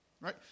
right